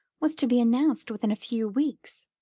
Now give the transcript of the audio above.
was to be announced within a few weeks.